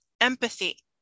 empathy